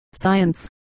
Science